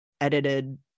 edited